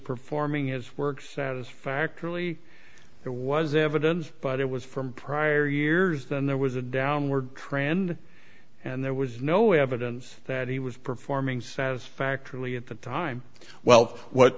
performing his work satisfactorily it was evidence but it was from prior years and there was a downward trend and there was no evidence that he was performing satisfactorily at the time well what